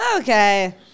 Okay